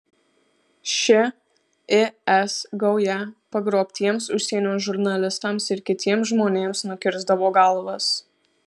ši is gauja pagrobtiems užsienio žurnalistams ir kitiems žmonėms nukirsdavo galvas